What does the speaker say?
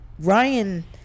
Ryan